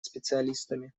специалистами